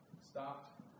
stopped